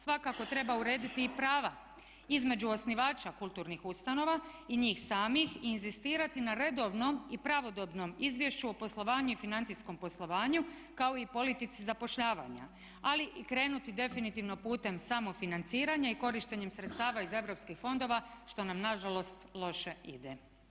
Svakako treba urediti i prava između osnivača kulturnih ustanova i njih samih i inzistirati na redovnom i pravodobnom izvješću o poslovanju i financijskom poslovanju kao i politici zapošljavanja ali i krenuti definitivno putem samofinanciranja i korištenjem sredstava iz EU fondova što nam nažalost loše ide.